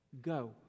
Go